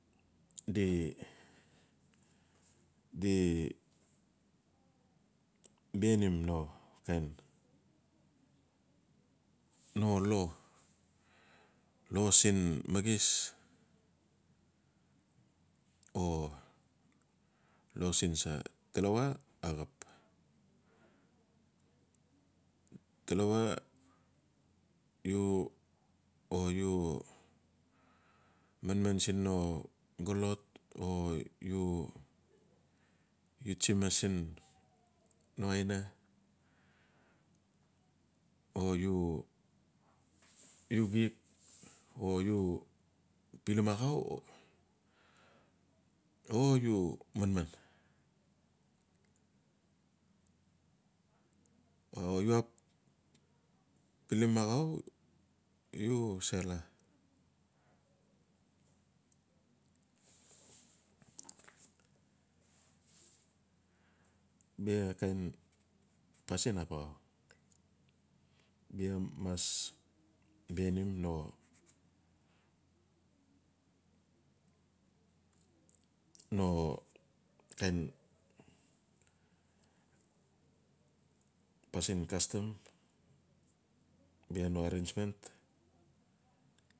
Di-di. binainim no kain no law, law siin maxis o law siin sa. Talawa axap, talawa o, u, omanman siin no xolot o u tsi ma siin no aina, o u xik o pilim axau, o u manman. O u xap u se la bia kain pasin custom nap axau, bia mas bianim no-no kain pasin custom, bia no arrangement.